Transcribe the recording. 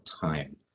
time